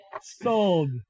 Sold